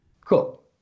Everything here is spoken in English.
Cool